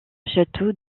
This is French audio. châteaux